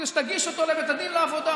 כדי שתגיש אותו לבית הדין לעבודה.